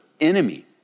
enemy